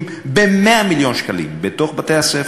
ב-100 מיליון שקלים בתוך בתי-הספר.